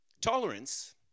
tolerance